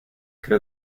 creo